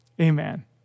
Amen